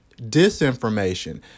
disinformation